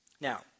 Now